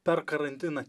per karantiną